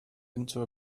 into